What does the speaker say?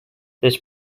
this